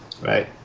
right